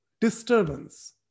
disturbance